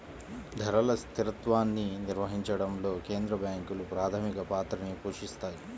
ధరల స్థిరత్వాన్ని నిర్వహించడంలో కేంద్ర బ్యాంకులు ప్రాథమిక పాత్రని పోషిత్తాయి